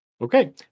Okay